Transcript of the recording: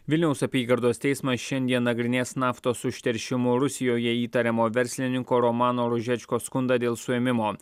vilniaus apygardos teismas šiandien nagrinės naftos užteršimu rusijoje įtariamo verslininko romano ružečko skundą dėl suėmimo